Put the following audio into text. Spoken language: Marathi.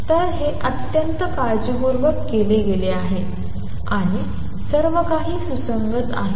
तर हे अत्यंत काळजीपूर्वक केले गेले आहे आणि सर्वकाही सुसंगत आहे